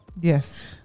Yes